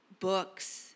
books